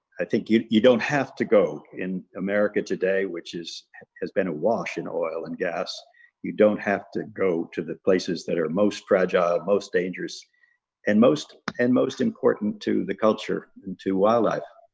i think you you don't have to go in america today which is has been a wash in oil and gas you don't have to go to the places that are most fragile most dangerous and most and most important to the culture and to wildlife